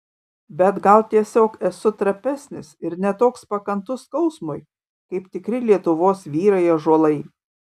bet gal tiesiog esu trapesnis ir ne toks pakantus skausmui kaip tikri lietuvos vyrai ąžuolai